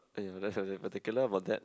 !aiya! particular about that